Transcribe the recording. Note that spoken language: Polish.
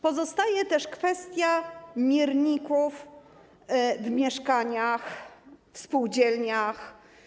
Pozostaje też kwestia mierników w mieszkaniach, w spółdzielniach.